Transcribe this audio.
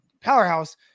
powerhouse